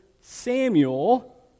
Samuel